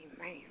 Amen